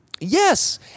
Yes